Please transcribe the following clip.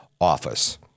office